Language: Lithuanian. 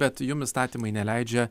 bet jum įstatymai neleidžia